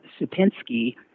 Supinski